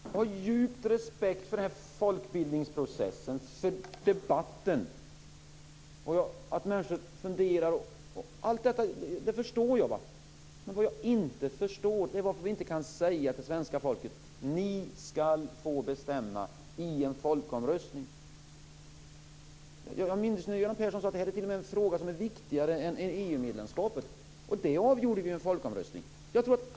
Herr talman! Jag har djup respekt för folkbildningsprocessen, för debatten och för att människor funderar. Jag förstår det. Men jag förstår inte varför vi inte kan säga till svenska folket att de ska få bestämma i en folkomröstning. Jag minns när Göran Persson sade att det är en fråga som är viktigare än frågan om EU-medlemskapet. Den frågan avgjordes i en folkomröstning.